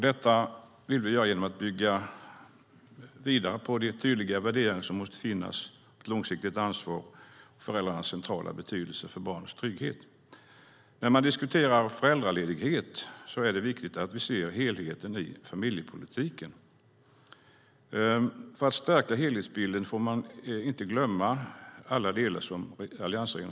Detta vill vi göra genom att bygga vidare på de tydliga värderingar som finns om vikten av långsiktigt ansvar och föräldrarnas centrala betydelse för barnens trygghet. När man diskuterar föräldraledighet är det viktigt att se helheten i familjepolitiken. Man får inte glömma alla delar som alliansregeringen har genomfört för att stärka den helhetsbilden.